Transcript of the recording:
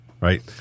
Right